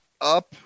up